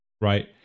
right